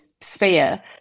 sphere